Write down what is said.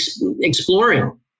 exploring